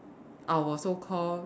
our so called